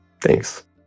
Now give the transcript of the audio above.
Thanks